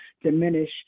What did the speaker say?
diminish